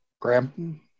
Graham